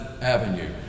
Avenue